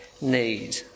need